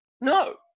No